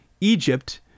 Egypt